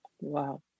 Wow